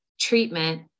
treatment